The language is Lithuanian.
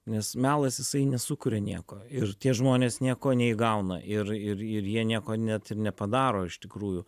nes melas jisai nesukuria nieko ir tie žmonės nieko neįgauna ir ir ir jie nieko net ir nepadaro iš tikrųjų